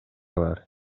бар